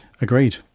Agreed